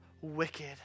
wicked